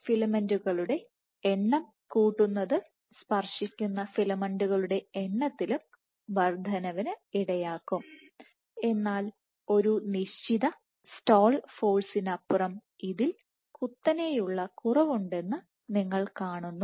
ഫിലമെന്റുകളുടെ എണ്ണം കൂട്ടുന്നത് സ്പർശിക്കുന്ന ഫിലമെന്റുകളുടെ എണ്ണത്തിലും വർദ്ധനവിന് ഇടയാക്കും എന്നാൽ ഒരു നിശ്ചിത സ്റ്റാൾ ഫോഴ്സിനപ്പുറം ഇതിൽ കുത്തനെയുള്ള കുറവുണ്ടെന്ന് നിങ്ങൾ കാണുന്നു